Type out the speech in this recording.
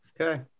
Okay